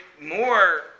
more